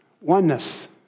Oneness